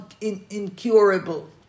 incurable